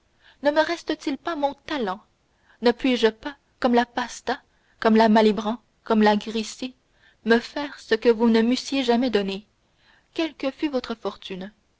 ne me reste-t-il pas mon talent ne puis-je pas comme la pasta comme la malibran comme la grisi me faire ce que vous ne m'eussiez jamais donné quelle que fût votre fortune